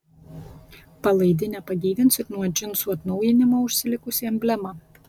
palaidinę pagyvins ir nuo džinsų atnaujinimo užsilikusi emblema